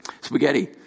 Spaghetti